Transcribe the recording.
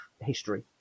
history